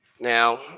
now